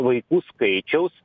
vaikų skaičiaus